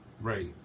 Right